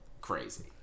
crazy